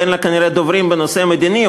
ואין לה כנראה דוברים בנושא המדיני,